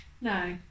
No